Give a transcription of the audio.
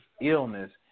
illness